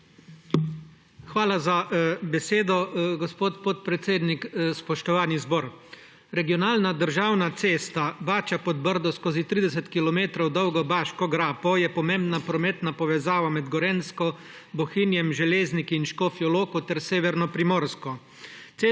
Hvala za besedo, gospod podpredsednik. Spoštovani zbor! Regionalna državna cesta Bače–Podbrdo skozi 30 kilometrov dolgo Baško grapo je pomembna prometna povezava med Gorenjsko, Bohinjem, Železniki in Škofjo Loko ter severno Primorsko.